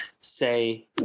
say